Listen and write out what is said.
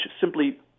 simply